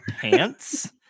pants